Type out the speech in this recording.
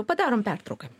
padarom pertrauką